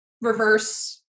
reverse